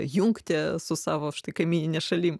jungtį su savo štai kaimynine šalim